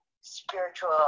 spiritual